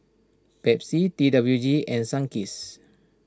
Pepsi T W G and Sunkist